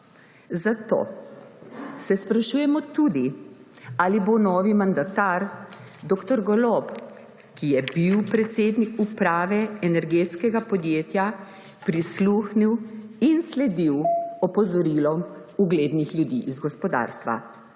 zato se sprašujemo tudi, ali bo novi mandatar dr. Golob, ki je bil predsednik uprave energetskega podjetja, prisluhnil in sledil opozorilom uglednih ljudi iz gospodarstva?